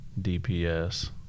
DPS